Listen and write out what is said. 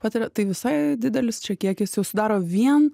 patiria tai visai didelis čia kiekis jau sudaro vien